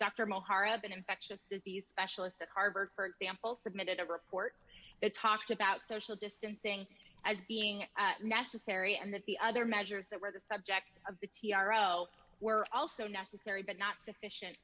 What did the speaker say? an infectious disease specialist at harvard for example submitted a report that talked about social distancing as being necessary and that the other measures that were the subject of the t r o were also necessary but not sufficient